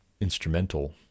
instrumental